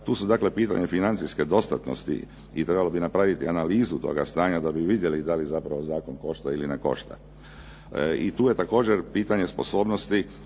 Tu su dakle pitanja financijske dostatnosti i trebalo bi napraviti analizu toga stanja da bi vidjeli da vidjeli da li zapravo zakon košta ili ne košta. I tu je također pitanje sposobnosti